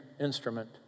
instrument